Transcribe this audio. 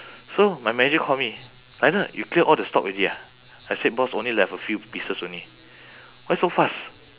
so my manager call me lionel you clear all the stock already ah I said boss only left a few pieces only why so fast